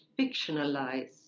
fictionalize